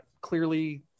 Clearly